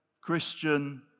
Christian